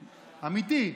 אמיתי.